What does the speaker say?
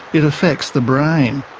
it affects the brain.